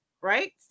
right